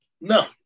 No